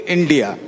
India